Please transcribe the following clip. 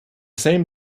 same